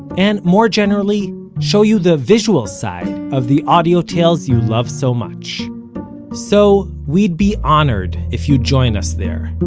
and more generally show you the visual side of the audio tales you love so much so, we'd be honored if you'd join us there,